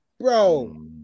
bro